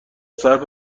صرف